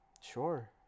Sure